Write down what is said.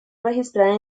registrada